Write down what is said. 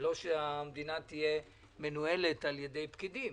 ולא שהמדינה תהיה מנוהלת על ידי פקידים,